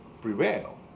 prevail